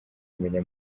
kumenya